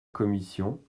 commission